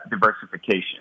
diversification